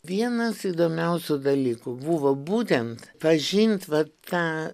vienas įdomiausių dalykų buvo būtent pažint vat tą